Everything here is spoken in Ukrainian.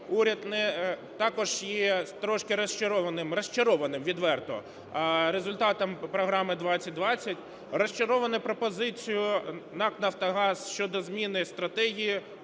уряд також є трошки розчарованим, розчарованим відверто результатом програми-2020, розчарований пропозицією НАК "Нафтогаз" щодо зміни стратегії